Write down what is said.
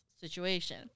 situation